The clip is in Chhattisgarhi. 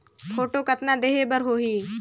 फोटो कतना देहें बर होहि?